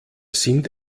sind